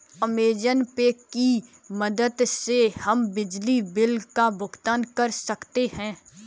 Amazon pay की मदद से हम बिजली बिल का भुगतान कर सकते हैं